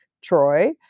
troy